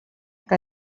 que